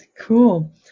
cool